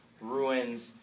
ruins